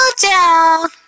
down